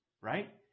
right